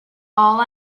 all